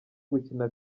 gukina